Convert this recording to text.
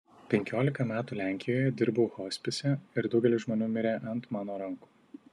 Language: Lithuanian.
penkiolika metų lenkijoje dirbau hospise ir daugelis žmonių mirė ant mano rankų